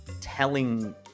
telling